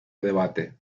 debate